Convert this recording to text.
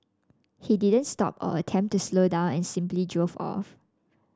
he didn't stop or attempt to slow down and simply drove off